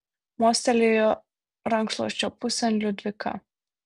mostelėjo rankšluosčio pusėn liudvika